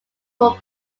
were